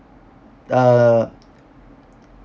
err